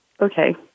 okay